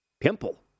Pimple